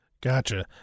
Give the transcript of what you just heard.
Gotcha